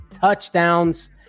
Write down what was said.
touchdowns